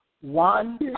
One